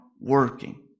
working